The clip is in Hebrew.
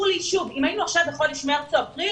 אם היינו עכשיו בחודש מרץ או אפריל,